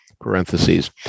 parentheses